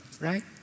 right